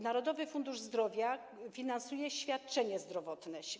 Narodowy Fundusz Zdrowia finansuje świadczenie zdrowotne.